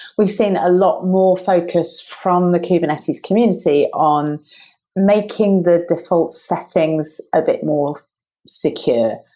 we've seen a lot more focus from the kubernetes community on making the default settings a bit more secure,